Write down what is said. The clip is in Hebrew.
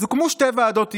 אז הוקמו שתי ועדות אי-אמון,